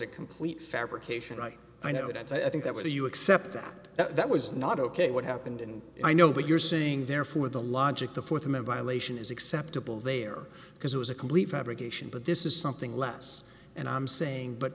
a complete fabrication right i know that i think that whether you accept that that was not ok what happened and i know what you're seeing there for the logic the fourth member lation is acceptable there because it was a complete fabrication but this is something less and i'm saying but